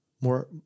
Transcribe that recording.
more